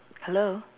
hello